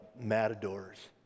matadors